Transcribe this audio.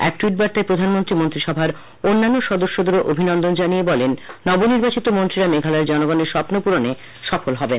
এক ট্যুইট বার্তায় প্রধানমন্ত্রী মন্ত্রীসভার অন্যান্য সদস্যদেরও অভিনন্দন জানিয়ে বলেন নবনির্বাচিত মন্ত্রীরা মেঘালয়ের জনগণের স্বপ্ন পূরণে সফল হবেন